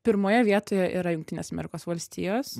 pirmoje vietoje yra jungtinės amerikos valstijos